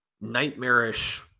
nightmarish